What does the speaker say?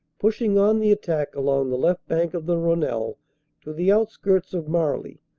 pushing on the attack along the left bank of the rhonelle to the outskirts of marly,